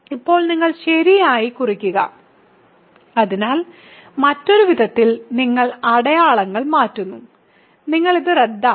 ഇപ്പോൾ നിങ്ങൾ ശരിയായി കുറയ്ക്കുക അതിനാൽ മറ്റൊരു വിധത്തിൽ നിങ്ങൾ അടയാളങ്ങൾ മാറ്റുന്നു നിങ്ങൾ ഇത് റദ്ദാക്കും